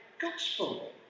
gospel